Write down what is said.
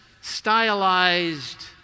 stylized